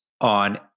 on